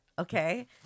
Okay